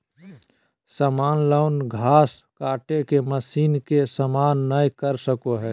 सामान्य लॉन घास काटे के मशीन के सामना नय कर सको हइ